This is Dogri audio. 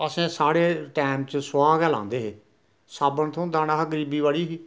असें साढ़े टैम च सोआहगै लांदे हे साबन कुत्थूं लाना हा गरीबी बड़ी ही